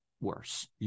worse